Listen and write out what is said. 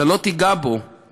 אתה לא תיגע בו,